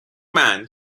man